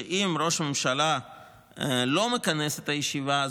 שאם ראש הממשלה לא מכנס את הישיבה,